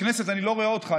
בכנסת אני לא רואה אותך.